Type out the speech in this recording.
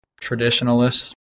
traditionalists